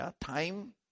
time